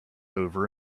over